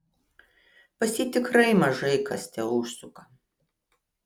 pas jį tikrai mažai kas teužsuka